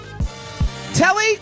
Telly